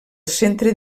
centre